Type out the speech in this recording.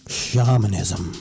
shamanism